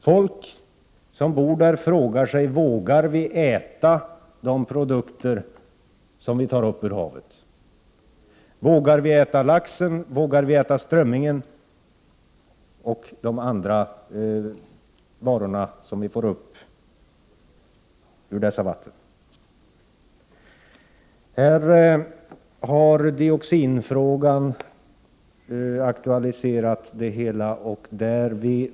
Folk som bor där frågar sig om de vågar äta den fisk de tar upp. Vågar vi äta laxen, strömmingen och de andra fiskar vi får upp ur dessa vatten? Dioxinproblemet har också aktualiserat dessa frågeställningar.